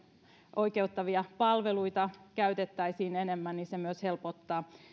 oikeuttavia palveluita käytettäisiin enemmän niin se myös helpottaisi